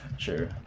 Sure